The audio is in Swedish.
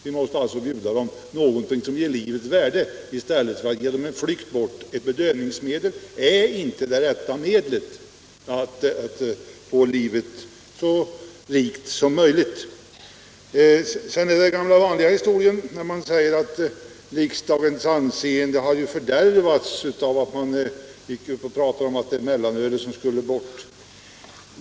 Vi måste alltså bjuda dem någonting som ger livet värde i stället för en verklighetsflykt. Ett bedövningsmedel är inte det rätta då det gäller att göra livet så rikt som möjligt. Sedan är det den gamla vanliga historien, när det sägs att riksdagens anseende har fördärvats av att man gick ut och pratade om att mellanölet skulle bort.